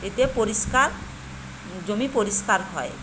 এতে পরিষ্কার জমি পরিষ্কার হয়